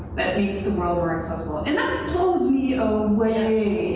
that makes the world more accessible. and that blows me ah away,